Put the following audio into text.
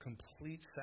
complete